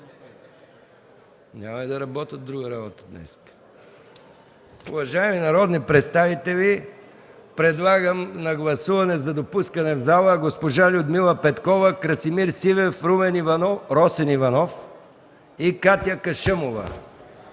Няма ли да работят друга работа днеска?! Уважаеми народни представители, подлагам на гласуване за допускане в залата госпожа Людмила Петкова, Красимир Сивев, Росен Иванов и Катя Кашъмова.